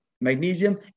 magnesium